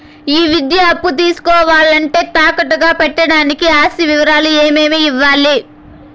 ఈ విద్యా అప్పు తీసుకోవాలంటే తాకట్టు గా పెట్టడానికి ఆస్తి వివరాలు ఏమేమి ఇవ్వాలి?